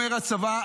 אומר הצבא,